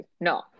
No